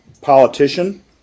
politician